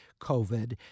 COVID